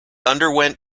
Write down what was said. underwent